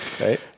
Right